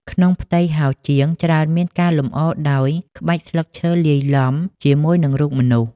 ក្នុងផ្ទៃហោជាង ច្រើនមានការលម្អដោយ ក្បាច់ស្លឹកឈើលាយឡំ ជាមួយនឹងរូបមនុស្ស។